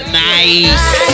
nice